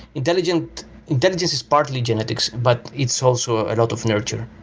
intelligence intelligence is partly genetics, but it's also a lot of nurture.